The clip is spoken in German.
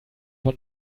von